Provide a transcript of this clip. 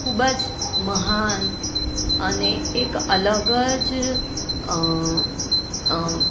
ખૂબ જ મહાન અને એક અલગ જ